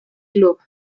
club